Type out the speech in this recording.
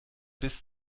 bis